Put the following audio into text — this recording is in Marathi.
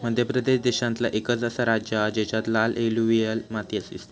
मध्य प्रदेश देशांतला एकंच असा राज्य हा जेच्यात लाल एलुवियल माती दिसता